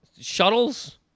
Shuttles